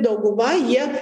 dauguma jie